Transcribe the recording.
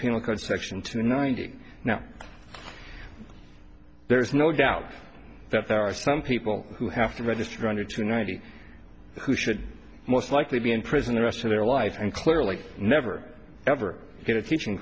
penal code section two ninety now there's no doubt that there are some people who have to register under to ninety who should most likely be in prison the rest of their life and clearly never ever get a teaching